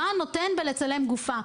מה נותן לצלם גופה?